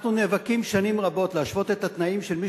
אנחנו נאבקים שנים רבות להשוואת התנאים של מי